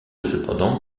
cependant